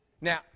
Now